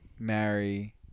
Marry